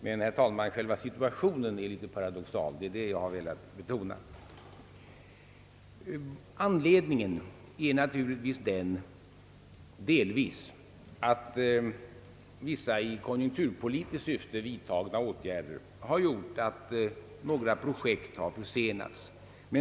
Men, herr talman, själva situationen är också litet paradoxal, vilket jag ju har velat betona. Anledningen är naturligtvis delvis den, att vissa i konjunkturpolitiskt syfte vidtagna åtgärder har gjort att några projekt har försenats.